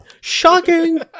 Shocking